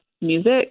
music